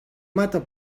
mata